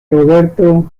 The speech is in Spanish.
roberto